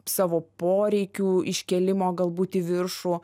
savo poreikių iškėlimo galbūt į viršų